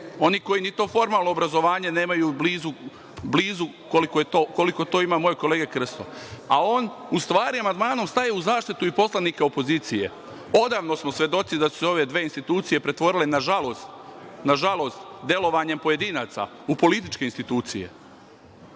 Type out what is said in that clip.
oni koji ni to formalno obrazovanje nemaju blizu koliko to ima moj kolega Krsto, a on u stvari amandmanom staje u zaštitu i poslanike opozicije. Odavno smo svedoci da su se ove dve institucije pretvorile, nažalost, delovanjem pojedinaca u političke institucije.